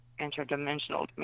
interdimensional